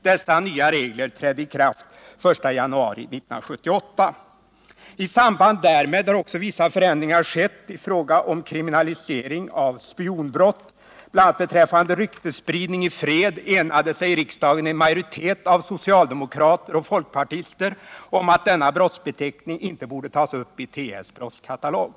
Dessa nya regler trädde i kraft den 1 januari 1978. I samband därmed har också vissa förändringar skett i fråga om kriminaliseringen av spionbrott. Bl. a. beträffande ryktesspridning i fred enade sig riksdagen, med en majoritet av socialdemokrater och folkpartister, om att denna brottsbeteckning inte borde tas upp i TF:s brottskatalog.